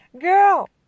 girl